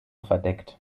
verdeckt